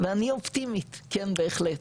ואני אופטימית כן בהחלט.